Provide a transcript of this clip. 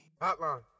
Hotline